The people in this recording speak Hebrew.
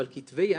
אבל כתבי יד,